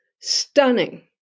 stunning